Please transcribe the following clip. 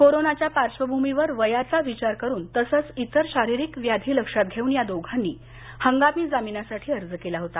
कोरोनाच्या पार्श्वभूमीवर आपल्या वयाचा विचार करून तसंच आपल्या इतर शारीरिक व्याधी लक्षात घेऊन या दोघांनी हंगामी जामिनासाठी अर्ज केला होता